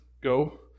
go